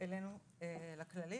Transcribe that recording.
אלינו לכללית,